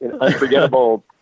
unforgettable